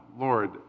Lord